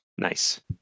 Nice